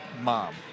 mom